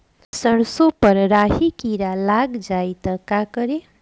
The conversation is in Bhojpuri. सरसो पर राही किरा लाग जाई त का करी?